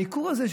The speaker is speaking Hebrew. הניכור הזה,